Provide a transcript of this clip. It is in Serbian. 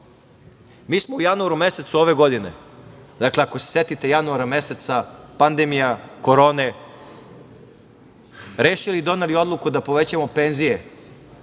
smo u januaru mesecu ove godine, ako se setite januara meseca – pandemija korone, rešili i doneli odluku da povećamo penzije